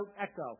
echo